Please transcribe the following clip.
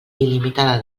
il·limitada